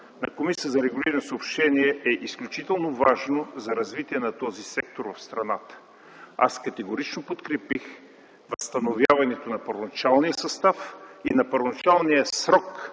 на Комисията за регулиране на съобщенията е изключително важен за развитие на този сектор в страната. Аз категорично подкрепих възстановяването на първоначалния състав и на първоначалния срок